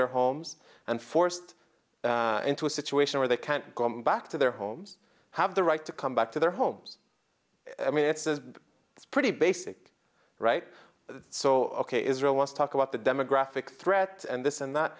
their homes and forced into a situation where they can't go back to their homes have the right to come back to their homes i mean it's a pretty basic right so ok israel wants talk about the demographic threat and this and that